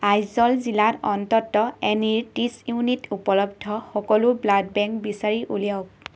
আইজল জিলাত অন্ততঃ এনিত ত্ৰিছ ইউনিট উপলব্ধ সকলো ব্লাড বেংক বিচাৰি উলিয়াওক